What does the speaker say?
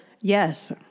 Yes